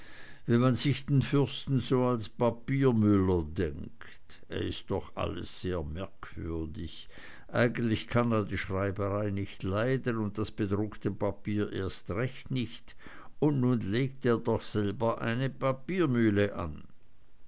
wenn man sich den fürsten so als papiermüller denkt es ist doch alles sehr merkwürdig eigentlich kann er die schreiberei nicht leiden und das bedruckte papier erst recht nicht und nun legt er doch selber eine papiermühle an